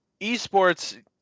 esports